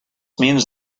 means